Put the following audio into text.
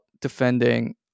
defending